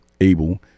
able